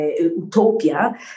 utopia